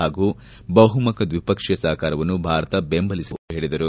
ಹಾಗೂ ಬಹುಮುಖ ದ್ವಿಪಕ್ಷೀಯ ಸಹಕಾರವನ್ನು ಭಾರತ ಬೆಂಬಲಿಸಲಿದೆ ಎಂದು ಹೇಳಿದರು